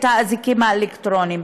אזיקים אלקטרוניים.